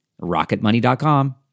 Rocketmoney.com